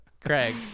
Craig